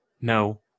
no